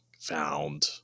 found